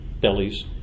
bellies